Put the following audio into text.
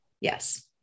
Yes